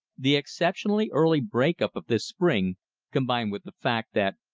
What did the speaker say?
the exceptionally early break-up of this spring combined with the fact that,